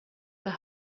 the